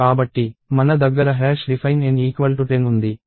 మన దగ్గర define N 10 ఉంది